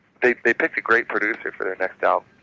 they they picked a great producer for their next album.